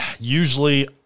usually